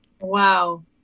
wow